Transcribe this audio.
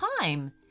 time